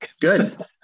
Good